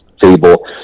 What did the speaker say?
fable